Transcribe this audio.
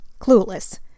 clueless